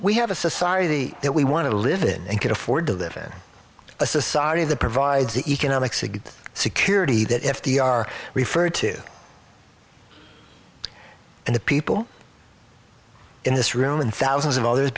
we have a society that we want to live in and can afford to live in a society that provides the economics a good security that f d r referred to and the people in this room and thousands of others